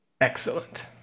Excellent